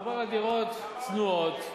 מדובר על דירות צנועות,